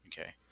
Okay